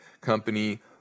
company